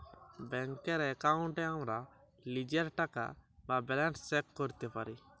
ব্যাংকের এক্কাউন্টে আমরা লীজের টাকা বা ব্যালান্স চ্যাক ক্যরতে পারি